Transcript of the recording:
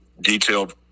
detailed